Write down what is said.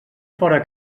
fora